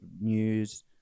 news